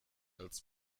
als